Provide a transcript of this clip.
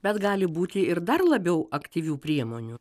bet gali būti ir dar labiau aktyvių priemonių